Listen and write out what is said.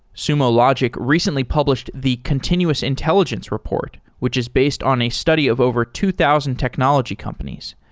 sumo logic recently published the continuous intelligence report, which is based on a study of over two thousand technology companies.